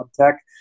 tech